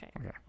Okay